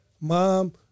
mom